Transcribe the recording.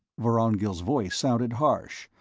vorongil's voice sounded harsh,